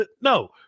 no